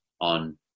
on